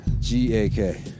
G-A-K